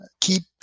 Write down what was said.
keep